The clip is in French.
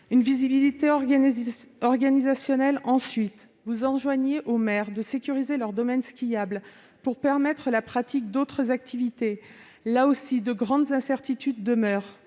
d'une visibilité organisationnelle. Vous enjoignez aux maires de sécuriser leur domaine skiable pour permettre la pratique d'autres activités. Or de grandes incertitudes demeurent